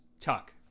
tuck